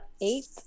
eight